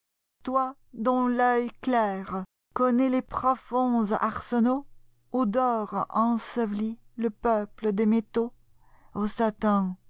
toi dont l'œil clair connaît les profonds arsenauxoù dort enseveli le peuple des métaux aux satins